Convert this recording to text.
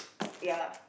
ya